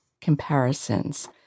comparisons